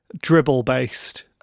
dribble-based